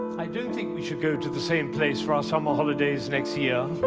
i don't think we should go to the same place for our summer holidays next year.